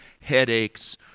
headaches